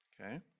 okay